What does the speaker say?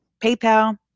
PayPal